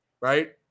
right